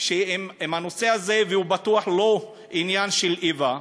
שאם הנושא הזה, והוא בטוח לא עניין של איבה,